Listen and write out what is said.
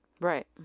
Right